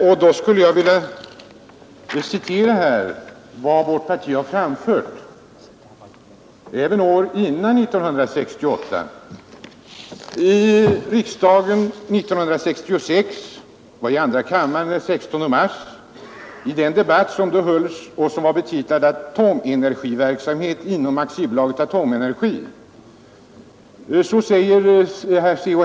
Därför vill jag redovisa vårt partis ställningstagande även före 1968. I den debatt som hölls i andra kammaren den 16 mars 1966 och som var betitlad ”Atomenergiverksamhet inom Aktiebolaget Atomenergi” sade C.-H.